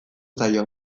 zaio